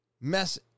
mess